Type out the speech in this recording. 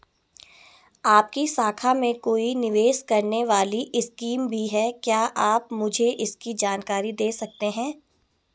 आपकी शाखा में कोई निवेश करने वाली स्कीम भी है क्या आप मुझे इसकी जानकारी दें सकते हैं?